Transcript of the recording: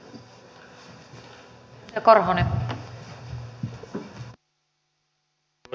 arvoisa puhemies